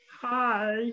Hi